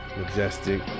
Majestic